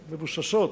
מבוססות.